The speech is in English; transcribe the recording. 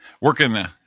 Working